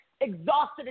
exhausted